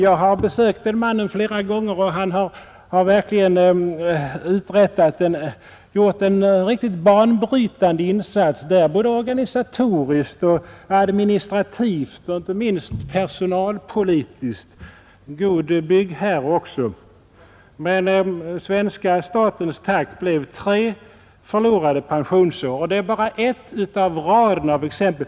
Jag har besökt den mannen flera gånger i Jerusalem, och har iakttagit att han verkligen gjort en banbrytande insats där nere både organisatoriskt och administrativt och inte minst personalpolitiskt. En god byggherre visade han sig också vara. Men svenska statens tack blev tre förlorade pensionsår. Och det här är bara ett i raden av exempel.